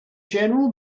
general